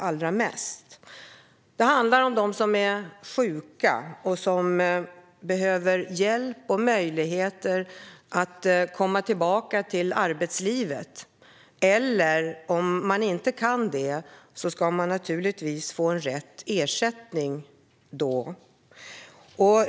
Är man sjuk behöver man få hjälp och möjligheter att komma tillbaka till arbetslivet, men kan man inte arbeta måste man givetvis få rätt ersättning.